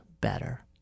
better